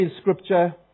Scripture